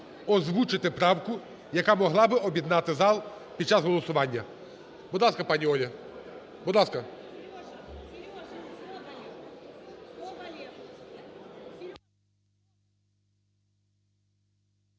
озвучити правку, яка могла б об'єднати зал під час голосування. Будь ласка, пані Оля, будь ласка.